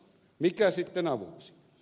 mikä sitten avuksi